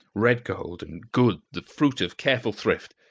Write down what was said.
red gold, and good, the fruit of careful thrift.